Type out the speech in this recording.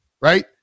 right